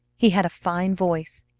he had a fine voice,